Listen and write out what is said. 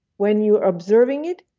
when you are observing it,